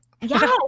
yes